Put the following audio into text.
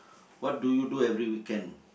what do you do every weekend